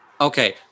Okay